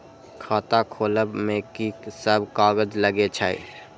खाता खोलब में की सब कागज लगे छै?